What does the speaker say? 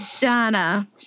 Donna